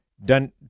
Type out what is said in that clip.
done